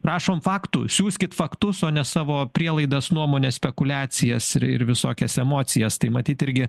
prašom faktų siųskit faktus o ne savo prielaidas nuomones spekuliacijas ir ir visokias emocijas tai matyt irgi